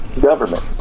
government